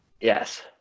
Yes